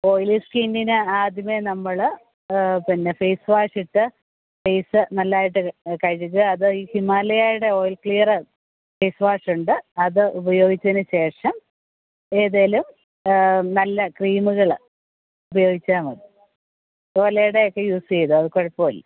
oily സ്കിന്നിന് ആദ്യമേ നമ്മൾ പിന്നെ ഫേസ് വാഷിട്ട് ഫേസ് നല്ലതായിട്ട് കഴുകുക അത് ഈ ഹിമാലയയുടെ ഓയിൽ ക്ലിയറ് ഫേസ് വാഷുണ്ട് അത് ഉപയോഗിച്ചതിനു ശേഷം ഏതെങ്കിലും നല്ല ക്രീമുകൾ ഉപയോഗിച്ചാൽ മതി ഓലയുടെ ഒക്കെ യൂസ് ചെയ്തോ അത് കുഴപ്പമില്ല